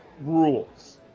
rules